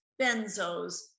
benzos